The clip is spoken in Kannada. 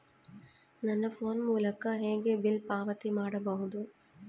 ನನ್ನ ಫೋನ್ ಮೂಲಕ ಹೇಗೆ ಬಿಲ್ ಪಾವತಿ ಮಾಡಬಹುದು?